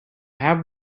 have